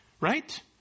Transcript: Right